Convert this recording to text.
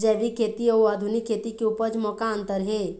जैविक खेती अउ आधुनिक खेती के उपज म का अंतर हे?